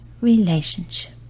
relationship